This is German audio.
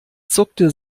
zuckte